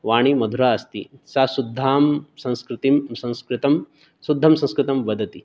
वाणी मधुरा अस्ति सा शुद्धां संस्कृतिं संस्कृतं शुद्धं संस्कृतं वदति